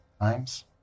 times